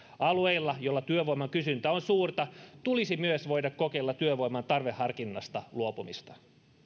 alueilla joilla työvoiman kysyntä on suurta tulisi myös voida kokeilla työvoiman tarveharkinnasta luopumista